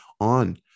on